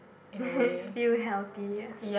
feel healthier